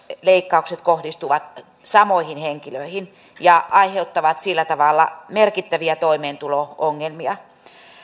leikkaukset kohdistuvat samoihin henkilöihin ja aiheuttavat sillä tavalla merkittäviä toimeentulo ongelmia